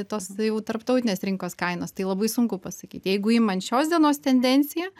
tos tai jau tarptautinės rinkos kainos tai labai sunku pasakyt jeigu imant šios dienos tendenciją